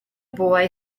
boy